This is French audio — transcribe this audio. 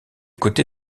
côté